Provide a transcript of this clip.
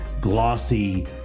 glossy